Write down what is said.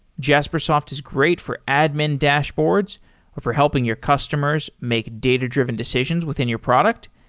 jaspersoft is great for admin dashboards or for helping your customers make data-driven decisions within your product,